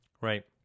Right